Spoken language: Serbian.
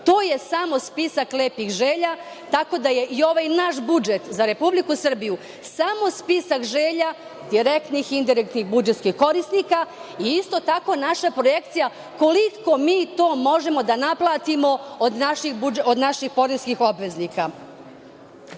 To je samo spisak lepih želja, tako da je i ovaj naš budžet za Republiku Srbiju samo spisak želja direktnih i indirektnih budžetskih korisnika. Isto tako naša projekcija koliko mi to možemo da naplatimo od naših poreskih obveznika. Unazad,